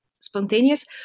spontaneous